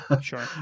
Sure